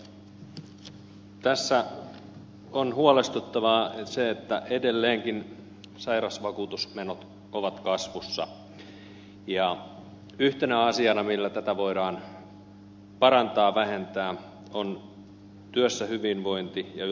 tässä on huolestuttavaa se että edelleenkin sairausvakuutusmenot ovat kasvussa ja yksi asia millä niitä voidaan vähentää on työssä hyvinvointi ja yleensäkin jaksaminen